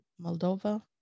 moldova